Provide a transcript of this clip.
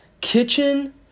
Kitchen